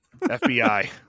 FBI